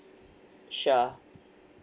sure